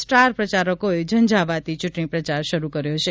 star પ્રચારકોએ ઝંઝાવાતી ચૂંટણી પ્રચાર શરૂ કર્યો છે